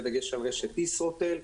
בדגש עם רשת ישרוטל,